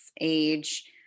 age